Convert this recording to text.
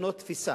לשנות תפיסה,